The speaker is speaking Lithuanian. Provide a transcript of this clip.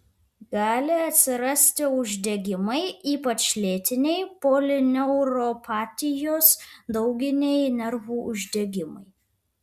gali atsirasti uždegimai ypač lėtiniai polineuropatijos dauginiai nervų uždegimai